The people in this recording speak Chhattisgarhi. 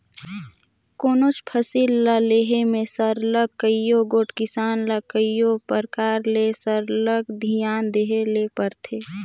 कोनोच फसिल ल लेहे में सरलग कइयो गोट किसान ल कइयो परकार ले सरलग धियान देहे ले परथे